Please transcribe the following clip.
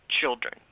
children